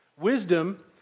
Wisdom